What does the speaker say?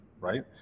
right